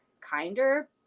kinder